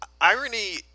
irony